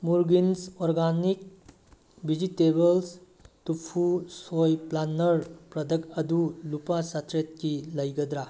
ꯃꯨꯔꯒꯤꯟꯁ organic vegetables tofu soy paneer product ꯑꯗꯨ ꯂꯨꯄꯥ ꯆꯥꯇ꯭ꯔꯦꯠꯀꯤ ꯂꯩꯒꯗ꯭ꯔꯥ